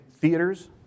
theaters